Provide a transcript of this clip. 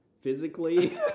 physically